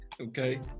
Okay